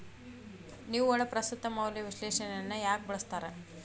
ನಿವ್ವಳ ಪ್ರಸ್ತುತ ಮೌಲ್ಯ ವಿಶ್ಲೇಷಣೆಯನ್ನ ಯಾಕ ಬಳಸ್ತಾರ